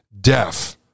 deaf